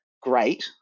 great